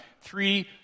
three